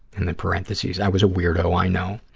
and then parentheses, i was a weirdo, i know.